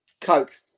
Coke